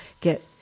get